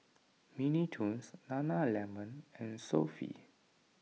Mini Toons Nana Lemon and Sofy